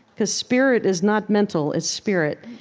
because spirit is not mental. it's spirit.